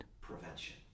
Prevention